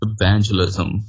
evangelism